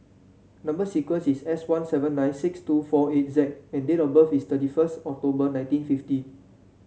number sequence is S one seven nine six two four eight Z and date of birth is thirty first October nineteen fifty